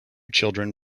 children